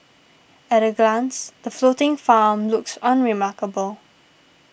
at a glance the floating farm looks unremarkable